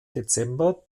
dezember